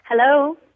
Hello